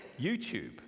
YouTube